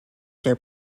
their